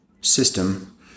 system